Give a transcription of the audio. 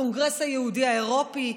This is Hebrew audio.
הקונגרס היהודי האירופי,